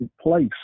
place